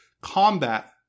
combat